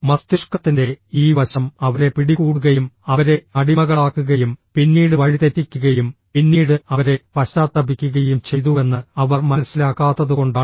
മസ്തിഷ്കത്തിന്റെ ഈ വശം അവരെ പിടികൂടുകയും അവരെ അടിമകളാക്കുകയും പിന്നീട് വഴിതെറ്റിക്കുകയും പിന്നീട് അവരെ പശ്ചാത്തപിക്കുകയും ചെയ്തുവെന്ന് അവർ മനസ്സിലാക്കാത്തതുകൊണ്ടാണ്